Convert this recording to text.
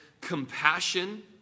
compassion